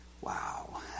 Wow